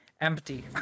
Empty